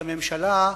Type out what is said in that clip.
של הממשלה,